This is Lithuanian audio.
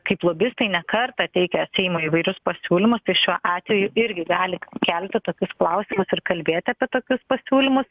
kaip lobistai ne kartą teikia seimui įvairius pasiūlymus šiuo atveju irgi gali kelti tokius klausimus ir kalbėti apie tokius pasiūlymus